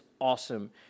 awesome